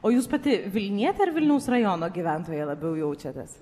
o jūs pati vilniete ar vilniaus rajono gyventoja labiau jaučiatės